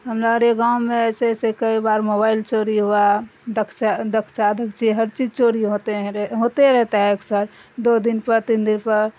ہماررے گاں میں جسےسے کئی بار موبائل چوری ہوا ڈکچا دکچا دکچی ہر چیز چوری ہوتے ہیں ہوتے رہتا ہے اثر دو دن پر تین دن پر